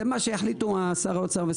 זה מה שיחליטו השרים.